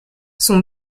son